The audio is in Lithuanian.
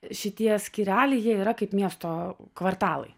šitie skyreliai jie yra kaip miesto kvartalai